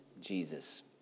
Jesus